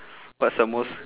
what's the most